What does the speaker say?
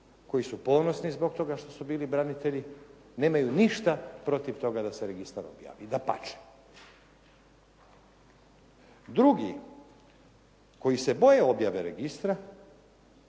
koji su ponosni zbog toga što su bili branitelji, nemaju ništa protiv toga da se registar objavi, dapače. Dugi, koji se boje objave registra,